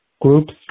groups